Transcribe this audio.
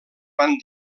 van